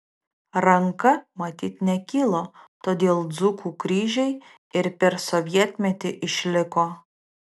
ranka matyt nekilo todėl dzūkų kryžiai ir per sovietmetį išliko